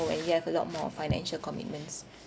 when you have a lot more financial commitments